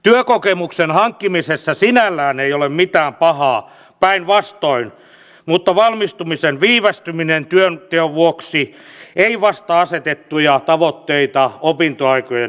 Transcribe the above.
työkokemuksen hankkimisessa sinällään ei ole mitään pahaa päinvastoin mutta valmistumisen viivästyminen työnteon vuoksi ei vastaa asetettuja tavoitteita opintoaikojen lyhentämiseksi